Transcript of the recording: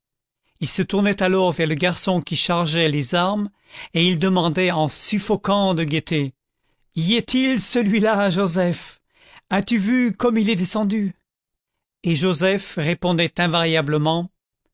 il se tournait alors vers le garçon qui chargeait les armes et il demandait en suffoquant de gaieté y est-il celui-là joseph as-tu vu comme il est descendu et joseph répondait invariablement